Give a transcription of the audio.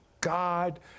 God